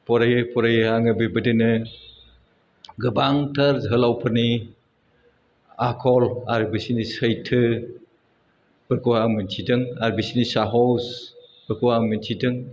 फरायै फरायै आङो बेबायदिनो गोबांथार जोहोलावफोरनि आखल आरो बिसिनि सैथो फोरखौ आं मिथिदों आर बिसिनि साहस फोरखौ आं मिथिदों